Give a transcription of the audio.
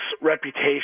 reputation